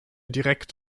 direkt